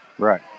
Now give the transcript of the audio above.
Right